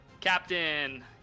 Captain